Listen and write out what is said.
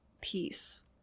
peace